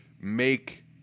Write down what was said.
make